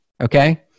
okay